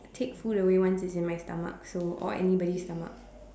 take food away once it's in my stomach so or anybody's stomach